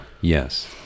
yes